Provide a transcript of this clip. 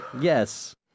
Yes